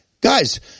Guys